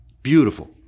Beautiful